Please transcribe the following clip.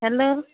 hello